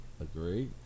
agree